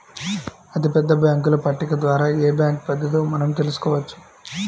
అతిపెద్ద బ్యేంకుల పట్టిక ద్వారా ఏ బ్యాంక్ పెద్దదో మనం తెలుసుకోవచ్చు